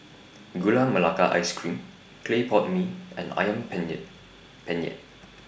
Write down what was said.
Gula Melaka Ice Cream Clay Pot Mee and Ayam Penyet Penyet